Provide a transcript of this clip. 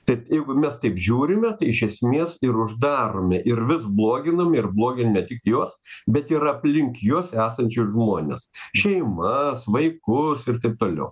taip jeigu mes taip žiūrime tai iš esmės ir uždarome ir vis bloginam ir blogin ne tik juos bet ir aplink jus esančius žmones šeimas vaikus ir taip toliau